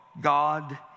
God